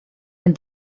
and